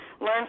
learn